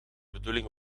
bedoeling